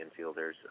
infielders